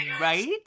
Right